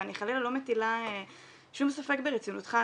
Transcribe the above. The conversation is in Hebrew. ואני חלילה לא מטילה שום ספק ברצינותך,